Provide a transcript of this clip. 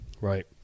right